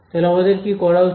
তাহলে আমাদের কি করা উচিত